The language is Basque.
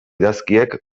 idazkiek